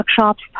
workshops